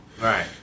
Right